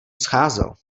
scházel